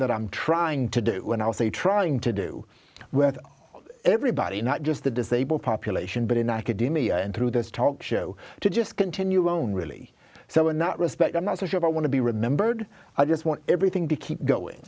that i'm trying to do when i was a trying to do with everybody not just the disabled population but in academia and through those talk show to just continue won't really so we're not respect i'm not so sure i want to be remembered i just want everything to keep goin